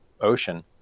ocean